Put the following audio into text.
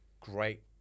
great